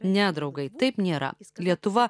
ne draugai taip nėra lietuva